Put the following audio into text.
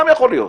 גם יכול להיות.